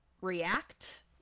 React